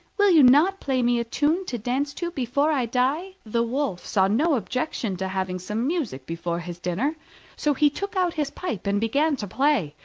will you not play me a tune to dance to before i die? the wolf saw no objection to having some music before his dinner so he took out his pipe and began to play,